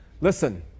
listen